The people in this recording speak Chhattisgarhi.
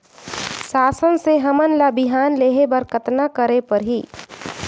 शासन से हमन ला बिहान लेहे बर कतना करे परही?